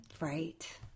Right